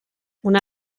una